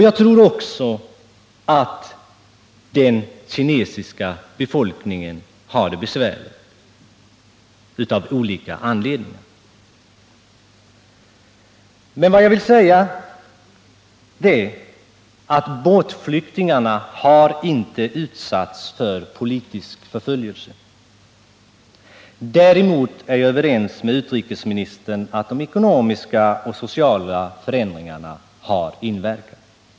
Jag tror också att den kinesiska befolkningen har det besvärligt av olika anledningar. Vad jag vill säga är att båtflyktingarna inte har utsatts för politisk förföljelse. Däremot är jag överens med utrikesministern om att de ekonomiska och sociala förändringarna har inverkat.